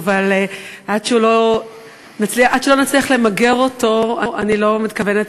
ועד שלא נצליח למגר אותו אני לא מתכוונת